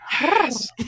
Yes